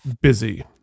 busy